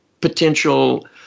potential